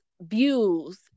views